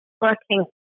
working